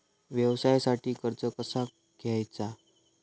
व्यवसायासाठी कर्ज कसा घ्यायचा?